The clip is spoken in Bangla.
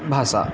ভাষা